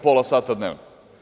Pola sata dnevno.